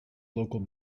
local